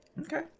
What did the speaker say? Okay